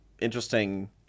interesting